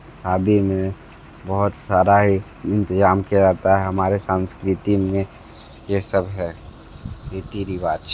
शादी में बहुत सारा ही इंतज़ाम किया जाता है हमारी सांस्कृती में ये सब है रीति रिवाज